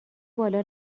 بالا